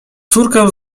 córkę